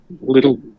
little